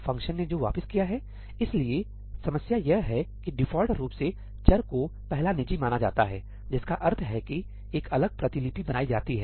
function ने जो वापिस किया है इसलिए समस्या यह है कि डिफ़ॉल्ट रूप से चर को पहला निजी माना जाता है जिसका अर्थ है कि एक अलग प्रतिलिपि बनाई जाती है